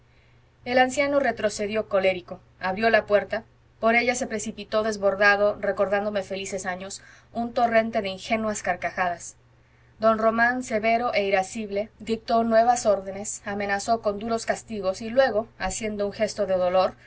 el anciano retrocedió colérico abrió la puerta por ella se precipitó desbordado recordándome felices años un torrente de ingenuas carcajadas don román severo e irascible dictó nuevas órdenes amenazó con duros castigos y luego haciendo un gesto de dolor